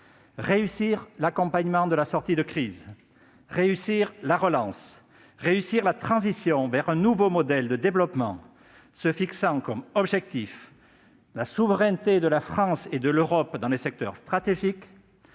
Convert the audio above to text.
réussir l'accompagnement de la sortie de crise, réussir la relance, réussir la transition vers un nouveau modèle de développement se fixant comme objectif la souveraineté de la France et de l'Europe dans les secteurs stratégiques,